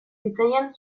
zitzaien